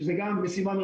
זה בסימן מרכזי,